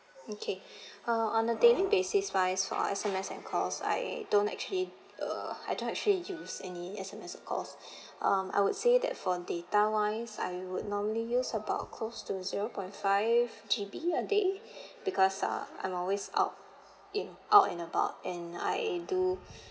okay uh on a daily basis wise for S_M_S and calls I don't actually uh I don't actually use any S_M_S and calls um I would say that for data wise I would normally use about close to zero point five G_B a day because uh I'm always out in out and about and I do